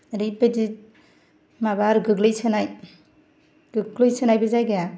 ओरैबायदि माबा आरो गोग्लैसोनाय गोग्लैसोनाय बे जायगाया